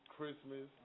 Christmas